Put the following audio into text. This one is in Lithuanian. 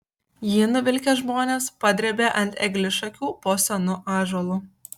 jį nuvilkę žmonės padrėbė ant eglišakių po senu ąžuolu